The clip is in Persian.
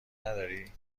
نداری